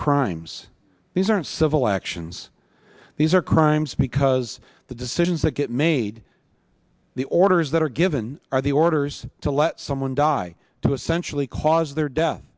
crimes these aren't civil actions these are crimes because the decisions that get made the orders that are given are the orders to let someone die to essentially cause their death